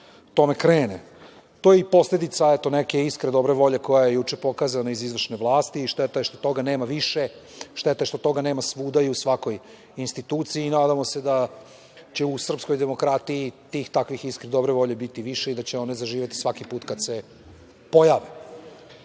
tome krene. To je i posledica neke iskre dobre volje koja je juče pokazana iz izvršne vlasti. Šteta je što toga nema više, šteta je što toga nema svuda i u svakoj instituciji. Nadamo se da će u srpskoj demokratiji tih takvih iskri dobre volje biti više i da će one zaživeti svaki put kada se pojave.